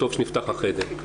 טוב שנפתח החדר.